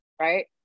right